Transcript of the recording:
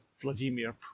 Vladimir